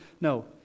no